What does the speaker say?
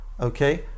okay